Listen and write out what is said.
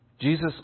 Jesus